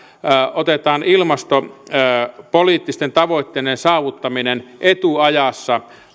otetaan ilmastopoliittisten tavoitteiden saavuttaminen etuajassa